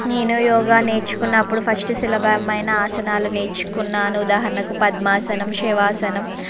నేను యోగా నేర్చుకున్నప్పుడు ఫస్ట్ సులభమైన ఆసనాలు నేర్చుకున్నాను ఉదాహరణకు పద్మాసనం శవాసనం